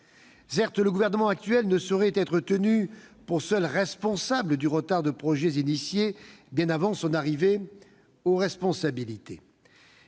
Certes, le Gouvernement ne saurait être tenu pour seul responsable du retard de projets lancés bien avant son arrivée aux responsabilités.